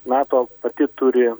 nato pati turi